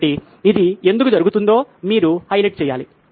కాబట్టి ఇది ఎందుకు జరుగుతుందో మీరు హైలైట్ చేయాలి